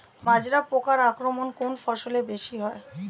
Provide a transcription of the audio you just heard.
মাজরা পোকার আক্রমণ কোন ফসলে বেশি হয়?